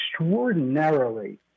extraordinarily